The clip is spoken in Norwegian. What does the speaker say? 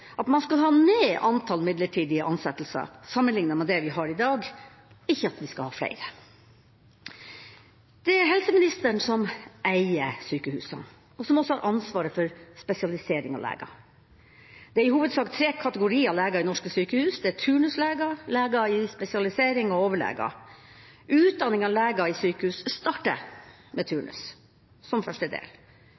at man skal ha ned antall midlertidige ansettelser sammenlignet med det vi har i dag – og ikke at vi skal ha flere. Det er helseministeren som er eier av sykehusene, og som også har ansvaret for spesialisering av leger. Det er i hovedsak tre kategorier leger i norske sykehus: turnusleger, leger i spesialisering og overleger. Utdanninga av leger i sykehus starter med